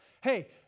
Hey